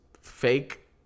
fake